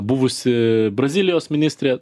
buvusi brazilijos ministrė